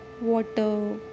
Water